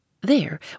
There